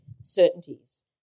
certainties